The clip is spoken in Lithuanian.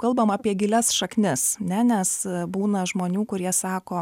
kalbam apie gilias šaknis ne nes būna žmonių kurie sako